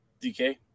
DK